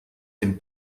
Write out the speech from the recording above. dem